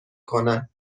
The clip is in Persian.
کنن